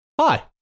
Hi